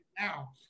now